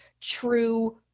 true